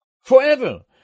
forever